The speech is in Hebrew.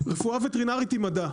רפואה וטרינרית עם מדע,